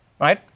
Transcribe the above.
right